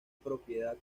propiedad